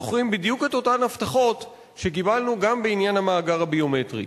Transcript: זוכרים בדיוק את אותן הבטחות שקיבלנו גם בעניין המאגר הביומטרי.